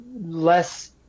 less